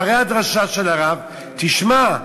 אחרי הדרשה של הרב: תשמע,